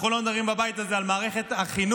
אנחנו לא מדברים בבית הזה על מערכת החינוך